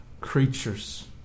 creatures